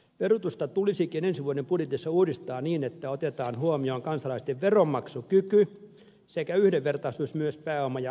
verotusta tulisikin ensi vuoden budjetissa uudistaa niin että otetaan huomioon kansalaisten veronmaksukyky sekä yhdenvertaisuus myös pääoma ja ansioverotuksen kesken